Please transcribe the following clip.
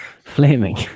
Flaming